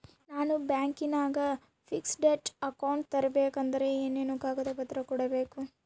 ನಾನು ಬ್ಯಾಂಕಿನಾಗ fixed account ತೆರಿಬೇಕಾದರೆ ಏನೇನು ಕಾಗದ ಪತ್ರ ಕೊಡ್ಬೇಕು?